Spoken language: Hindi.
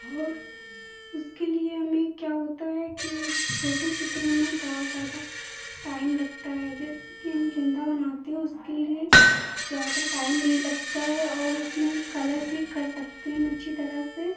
और उसके लिए हमें क्या होता है कि छोटी चित्र हमें बहुत ज़्यादा टाइम लगता है जैसे कि हम झंडा बनाते हैं उसके लिए ज़्यादा टाइम नहीं लगता है और उसमें कलर भी कर सकते हैं हम अच्छी तरह से